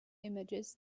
images